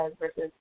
versus